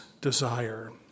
desire